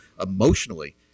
emotionally